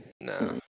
no